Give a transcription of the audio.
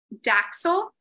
daxel